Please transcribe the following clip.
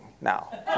now